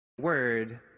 Word